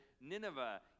Nineveh